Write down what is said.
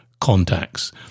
contacts